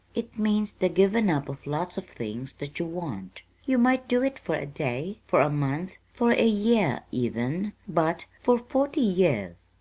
it means the giving up of lots of things that you want. you might do it for a day, for a month, for a year even but for forty years!